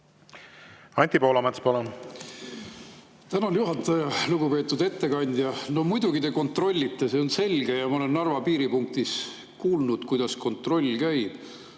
Anti Poolamets, palun! Tänan, juhataja! Lugupeetud ettekandja! Muidugi te kontrollite, see on selge. Ma olen Narva piiripunktis kuulnud, kuidas kontroll käib.